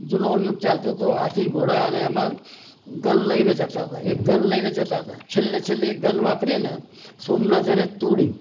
જૂનો યુગ ચાલતો તો હાથી ઘોડા અને એમાં ગન લઇને જતા હતા એ ગન લઇને જતા હતા છેલ્લે છેલ્લે એ ગન વાપરીને સોમનાથ એણે તોડ્યું